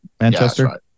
Manchester